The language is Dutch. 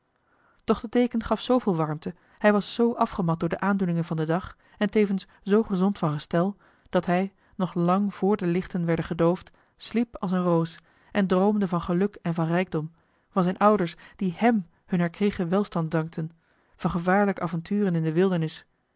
de deken gaf zooveel warmte hij was zoo afgemat door de aandoeningen van den dag en tevens zoo gezond van gestel dat hij nog lang voor de lichten werden gedoofd sliep als eene roos en droomde van geluk en van rijkdom van zijne ouders die hem hun herkregen welstand dankten van gevaarlijke avonturen in de